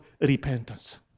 repentance